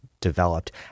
developed